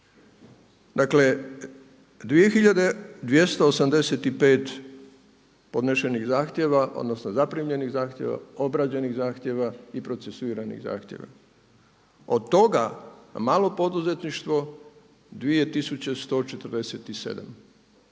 Dakle 2285 podnesenih zahtjeva, odnosno zaprimljenih zahtjeva, obrađenih zahtjeva i procesuiranih zahtjeva. Od toga malo poduzetništvo 2147,